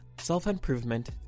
self-improvement